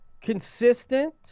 consistent